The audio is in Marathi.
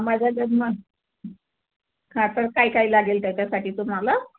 माझा जन्म हा तर काय काय लागेल त्याच्यासाठी तुम्हाला